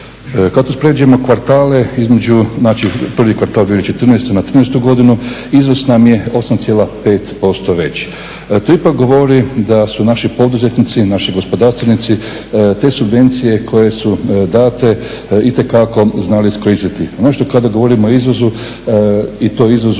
Kad uspoređujemo kvartale između znači prvi kvartal 2014. na '13. godinu izvoz nam je 8,5% veći. To ipak govori da su naši poduzetnici, naši gospodarstvenici te subvencije koje su date itekako znali iskoristiti, naročito kada govorimo o izvozu i to izvozu